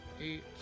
eight